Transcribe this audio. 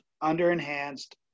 under-enhanced